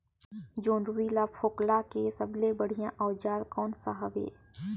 जोंदरी ला फोकला के सबले बढ़िया औजार कोन सा हवे?